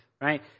right